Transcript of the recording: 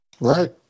Right